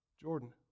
Jordan